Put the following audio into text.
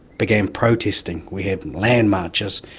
began protesting. we had land marches.